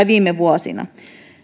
viime vuosina